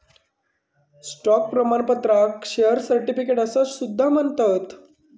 stock प्रमाणपत्राक share certificate असा सुद्धा म्हणतत